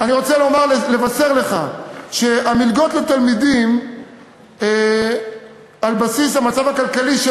אני רוצה לבשר לך שתקציב המלגות לתלמידים על בסיס המצב הכלכלי של